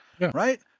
Right